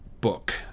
book